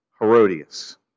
Herodias